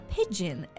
Pigeon